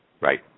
Right